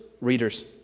readers